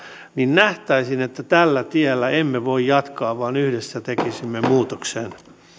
nähtäisiin että tällä tiellä emme voi jatkaa vaan yhdessä tekisimme muutoksen